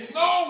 no